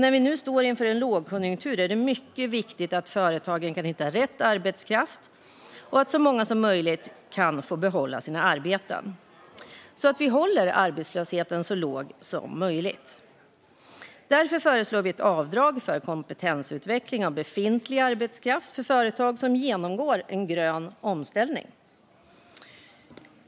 När vi nu står inför en lågkonjunktur är det mycket viktigt att företagen kan hitta rätt arbetskraft och att så många som möjligt kan behålla sina arbeten för att vi ska hålla arbetslösheten så låg som möjligt. Därför föreslår vi ett avdrag för kompetensutveckling av befintlig arbetskraft för företag som genomgår en grön omställning.